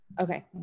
Okay